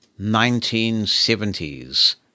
1970s